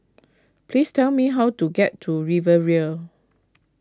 please tell me how to get to Riviera